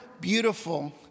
beautiful